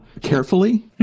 Carefully